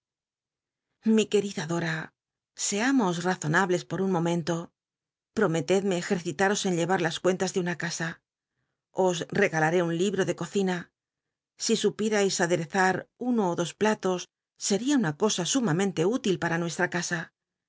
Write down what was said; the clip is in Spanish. lii querida dora seamos razonables por un momento prometedme ejerci taros en llevar las cuentas de una casa os regalaré un libro de cocina si supierais aderezar uno ó dos platos seria una cosa sumamente útil para nucslm casa